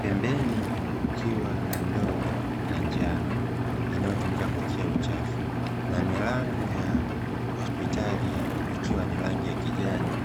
pembeni kukiwa na ndoo ya njano inayotumika kuwekea uchafu na milango ya hospitali hiyo ikiwa ni rangi ya kijani.